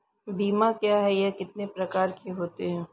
बीमा क्या है यह कितने प्रकार के होते हैं?